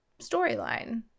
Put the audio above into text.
storyline